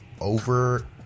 over